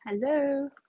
hello